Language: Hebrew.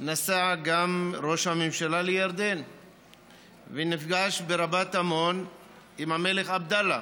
נסע ראש הממשלה גם לירדן ונפגש ברמת עמון עם המלך עבדאללה.